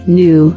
new